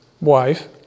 wife